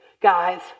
guys